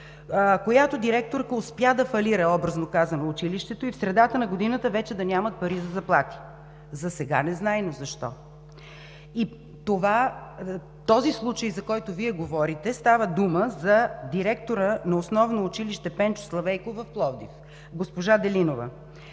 която директорка успя да фалира, образно казано, училището и в средата на годината вече да нямат пари за заплати. Засега незнайно защо. В този случай, за който Вие говорите, става дума за директора на Основно училище „Пенчо Славейков“ в Пловдив – госпожа Делинова.